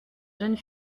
jeune